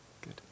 Good